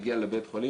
הגיע לבית חולים